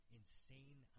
insane